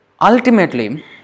ultimately